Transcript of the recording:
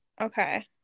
Okay